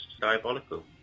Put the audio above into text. diabolical